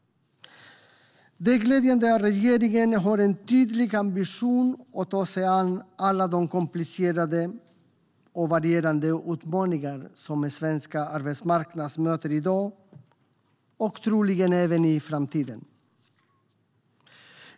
Det är glädjande att regeringen har en tydlig ambition att ta sig an alla de komplicerade och varierande utmaningar som svensk arbetsmarknad möter i dag och troligen även i framtiden.